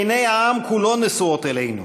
עיני העם כולו נשואות אלינו.